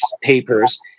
papers